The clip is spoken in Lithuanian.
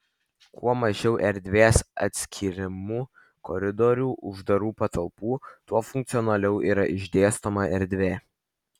kuo mažiau erdvės atskyrimų koridorių uždarų patalpų tuo funkcionaliau yra išdėstoma erdvė